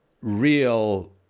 real